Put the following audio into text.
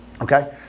okay